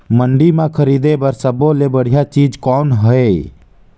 मंडी म खरीदे बर सब्बो ले बढ़िया चीज़ कौन हे?